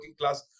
class